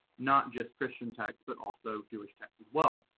not just christian texts, but also jewish texts as well.